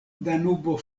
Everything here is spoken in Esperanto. danubo